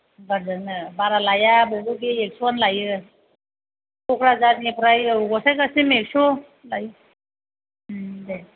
उइंगारजोंनो बारा लाया बेबो बे एक्स'आनो लायो क'क्राझारनिफ्राय औ गसाइगावसिम एक्स' लायो दे